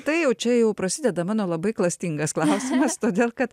tai jau čia jau prasideda mano labai klastingas klausimas todėl kad